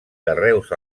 carreus